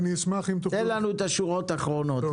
תן לנו את השורות האחרונות,